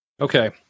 Okay